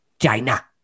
China